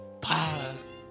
Pause